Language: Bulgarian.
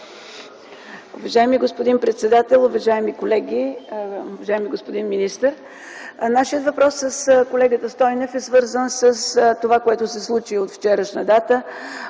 Уважаеми господин председател, уважаеми колеги, уважаеми господин министър! Нашият въпрос с колегата Стойнев е свързан с това, което се случи с вчерашна дата